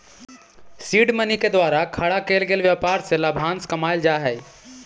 seed money के द्वारा खड़ा केल गेल व्यापार से लाभांश कमाएल जा हई